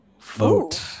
vote